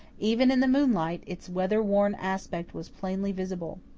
even in the moonlight, its weather-worn aspect was plainly visible.